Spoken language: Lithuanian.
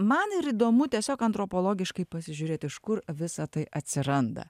man ir įdomu tiesiog antropologiškai pasižiūrėti iš kur visa tai atsiranda